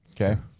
Okay